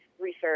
research